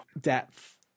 depth